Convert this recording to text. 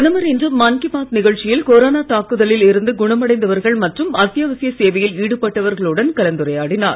பிரதமர் இன்று மன் கீ பாத் நிகழ்ச்சியில் கொரோனா தாக்குதலில் இருந்து குணமடைந்தவர்கள் மற்றும் அத்தியாவசிய சேவையில் ஈடுபட்டுள்ளவர்களுடன் கலந்துரையாடினார்